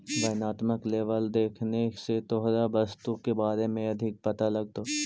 वर्णात्मक लेबल देखने से तोहरा वस्तु के बारे में अधिक पता लगतो